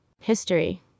History